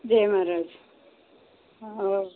જય મહારાજ હા